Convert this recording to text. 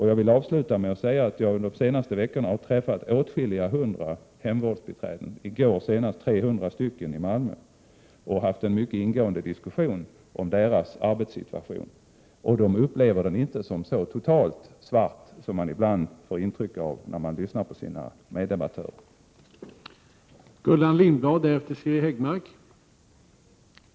Jag har under de senaste veckorna träffat åtskilliga hundra hemvårdsbiträden — i går senast 300 stycken i Malmö — och haft mycket ingående diskussioner om deras arbetssituation. De upplever den 43 inte så totalt svart som man ibland när man lyssnar på sina meddebattörer får ett intryck av att den skulle vara.